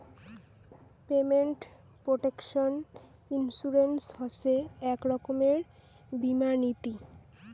payment protection insurance হসে এক রকমের বীমা নীতি